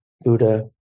Buddha